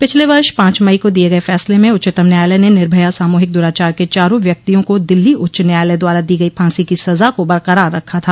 पिछले वर्ष पांच मई को दिये गये फैसले में उच्चतम न्यायालय ने निर्भया सामूहिक दुराचार के चारों व्यक्तियों को दिल्ली उच्च न्यायालय द्वारा दी गई फांसी की सजा को बरकरार रखा था